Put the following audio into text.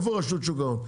רשות שוק ההון,